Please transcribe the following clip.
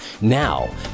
Now